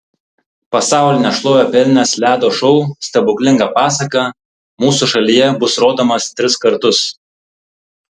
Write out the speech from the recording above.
pasaulinę šlovę pelnęs ledo šou stebuklinga pasaka mūsų šalyje bus rodomas tris kartus